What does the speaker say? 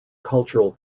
cultural